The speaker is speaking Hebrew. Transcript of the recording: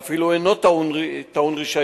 ואפילו אינו טעון רשיון,